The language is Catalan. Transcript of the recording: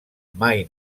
mai